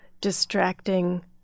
distracting